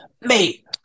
mate